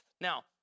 Now